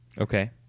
Okay